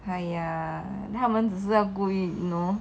!aiya! 他们只是要故意 you know